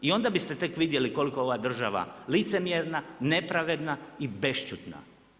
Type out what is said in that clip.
I onda bi ste tek vidjeli koliko je ova država licemjerna, nepravedna i bešćutna.